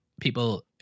People